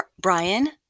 Brian